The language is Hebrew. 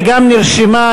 וגם נרשמה,